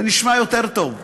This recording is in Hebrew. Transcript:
זה נשמע יותר טוב.